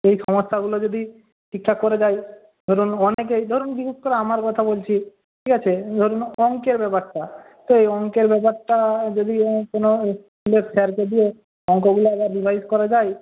সেই সমস্যাগুলো যদি ঠিকঠাক করে দেয় ধরুন অনেকেই ধরুন বিশেষ করে আমার কথা বলছি ঠিক আছে ধরুন অংকের ব্যাপারটা তো এই অংকের ব্যাপারটা যদি কোনো স্কুলের স্যারকে দিয়ে অংকগুলো আবার রিভাইস করা যায়